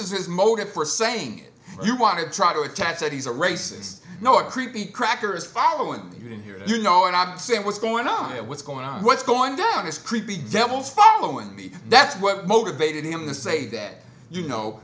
is his motive for saying it you want to try to attach that he's a racist know it creepy cracker is following you didn't hear you know and i'm saying what's going on here what's going on what's going down is creepy devils following me that's what motivated him to say that you know